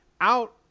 out